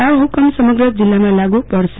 આ હુકમ સમગ્ર કચ્છ જિલ્લામાં લાગુ પડશે